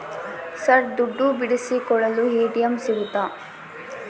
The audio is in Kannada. ಸರ್ ದುಡ್ಡು ಬಿಡಿಸಿಕೊಳ್ಳಲು ಎ.ಟಿ.ಎಂ ಸಿಗುತ್ತಾ?